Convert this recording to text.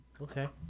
Okay